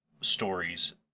stories